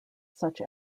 such